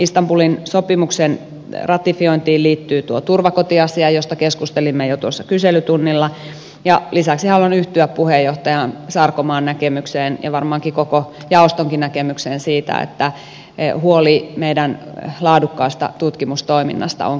istanbulin sopimuksen ratifiointiin liittyy tuo turvakotiasia josta keskustelimme jo kyselytunnilla ja lisäksi haluan yhtyä puheenjohtaja sarkomaan näkemykseen ja varmaankin koko jaostonkin näkemykseen siitä että huoli meidän laadukkaasta tutkimustoiminnastamme on kyllä yhteinen